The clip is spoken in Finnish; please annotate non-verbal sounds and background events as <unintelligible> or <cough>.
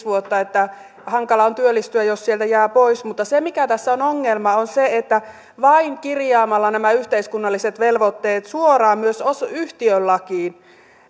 <unintelligible> vuotta niin että hankala on työllistyä jos sieltä jää pois mutta se mikä tässä on ongelma on se että vain kirjaamalla nämä yhteiskunnalliset velvoitteet suoraan myös yhtiölakiin